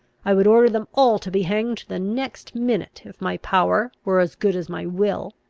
i would order them all to be hanged the next minute, if my power were as good as my will.